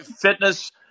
fitness –